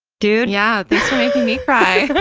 dude. yeah. thanks for making me cry.